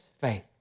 faith